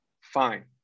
fine